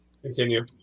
Continue